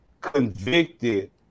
convicted